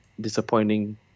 disappointing